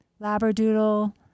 Labradoodle